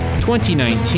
2019